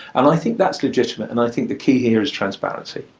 and i think that's legitimate and i think the key here is transparency.